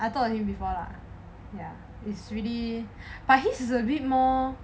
I thought of him before lah ya it's really but he's a bit more